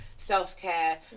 self-care